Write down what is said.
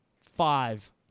five